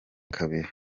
kabiri